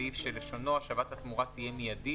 יתווסף סעיף שלשונו: "השבת התמורה תהיה מיידית